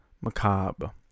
Macabre